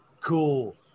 Cool